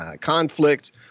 conflict